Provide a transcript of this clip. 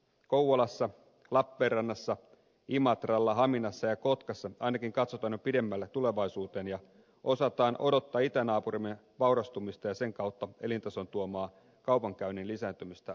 kouvolassa lappeenrannassa imatralla haminassa ja kotkassa ainakin katsotaan jo pidemmälle tulevaisuuteen ja osataan odottaa itänaapurimme vaurastumista ja sen kautta elintason tuomaa kaupankäynnin lisääntymistä alueellamme